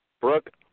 Brooke